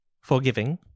forgiving